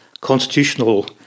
constitutional